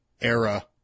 era